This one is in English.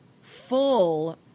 full